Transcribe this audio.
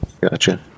Gotcha